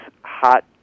hot